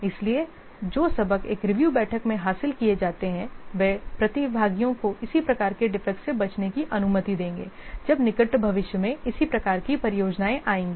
इसलिए जो सबक एक रिव्यू बैठक से हासिल किए जाते हैं वे प्रतिभागियों को इसी प्रकार के डिफेक्ट से बचने की अनुमति देंगे जब निकट भविष्य में इसी प्रकार की परियोजनाएं आएंगी